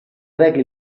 reca